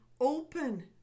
open